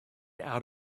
out